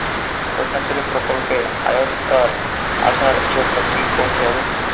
কন্যাশ্রী প্রকল্পের আওতায় আসার জন্য কী করতে হবে?